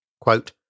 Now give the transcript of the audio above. Quote